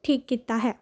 ਠੀਕ ਕੀਤਾ ਹੈ